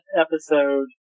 episode